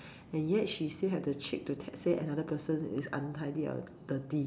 and yet she still have the cheek to te~ say another person is untidy or dirty